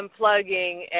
unplugging